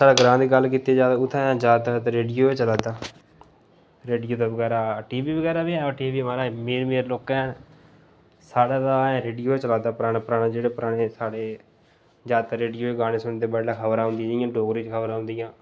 साढ़े ग्रां दी गल्ल कीती जाऽ ते उत्थै जैदातर रेडियो गै चला दा रेडियो दे बगैरा टी वी बगैरा बी हैन टी वी महाराज अमीर अमीर लोकें साढ़े ते रेडियो गै चला दे जेह्ड़े साढ़े पराने जैदातर रेडियो च गै गाने सुनदे बडलै खबरां औंदियां जि'यां डोगरी च खबरा औंदियां